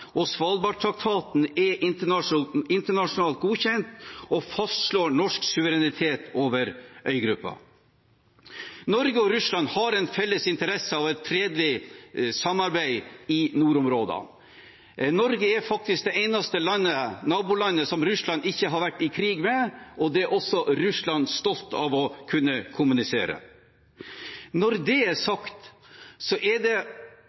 internasjonalt godkjent og fastslår norsk suverenitet over øygruppa. Norge og Russland har en felles interesse av et fredelig samarbeid i nordområdene. Norge er faktisk det eneste nabolandet som Russland ikke har vært i krig med, og det er også Russland stolt over å kunne kommunisere. Når det er sagt, er det